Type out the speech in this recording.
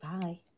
Bye